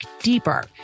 deeper